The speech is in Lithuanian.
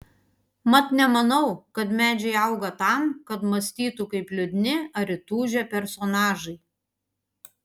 mat nemanau kad medžiai auga tam kad mąstytų kaip liūdni ar įtūžę personažai